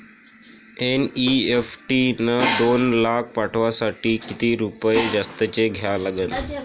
NEFT न दोन लाख पाठवासाठी किती रुपये जास्तचे द्या लागन?